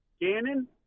Gannon